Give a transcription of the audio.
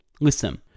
Listen